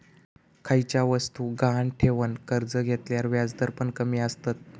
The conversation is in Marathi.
खयच्या वस्तुक गहाण ठेवन कर्ज घेतल्यार व्याजदर पण कमी आसतत